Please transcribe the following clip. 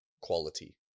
quality